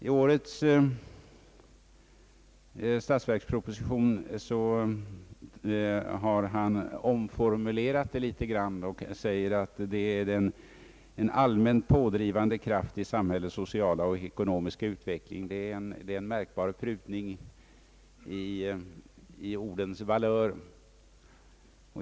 I årets statsverksproposition har statsrådet omformulerat uttalandet något och talar nu om forskningen som en »allmänt pådrivande kraft i samhällets sociala och ekonomiska utveckling». Det är en märkbar prutning i ordens valör.